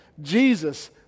Jesus